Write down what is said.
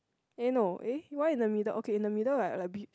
eh no eh why in the middle okay in the middle like like a bit